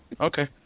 Okay